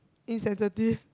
insensitive